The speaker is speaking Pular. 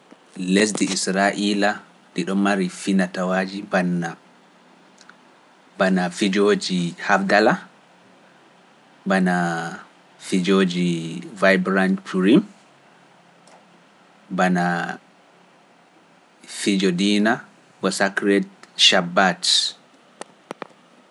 Lesdi Israa'iila ɗi ɗo mari finatawaaji banna, banna fijooji Habdalla, banna fijooji Vibranturim, banna fijodina wa sakreet Chabbat.